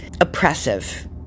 oppressive